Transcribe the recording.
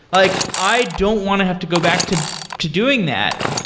like i don't want to have to go back to to doing that.